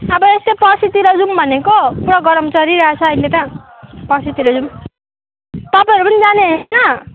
नभए यस्तै पर्सितिर जाऊँ भनेको पुरा गरम चलिरहेको छ अहिले त पर्सितिर जाऊँ तपाईँहरू पनि जाने होइन